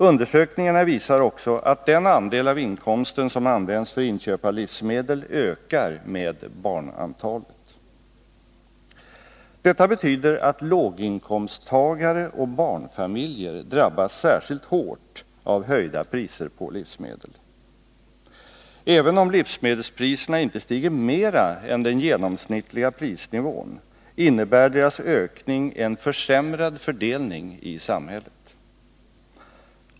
Undersökningarna visar också att den andel av inkomsten som används för inköp av Detta betyder att låginkomsttagare och barnfamiljer drabbas särskilt hårt av höjda priser på livsmedel. Även om livsmedelspriserna inte stiger mera än den genomsnittliga prisnivån innebär deras ökning en försämrad fördelning i samhället.